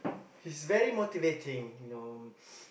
he's very motivating you know